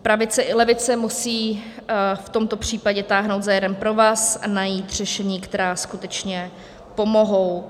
Pravice i levice musí v tomto případě táhnout za jeden provaz a najít řešení, která skutečně pomohou.